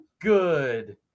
good